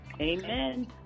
Amen